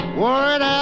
worried